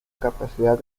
capacidad